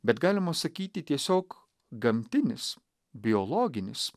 bet galima sakyti tiesiog gamtinis biologinis